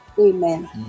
amen